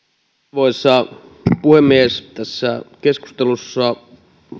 arvoisa puhemies tässä keskustelussa